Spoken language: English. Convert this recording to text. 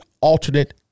alternate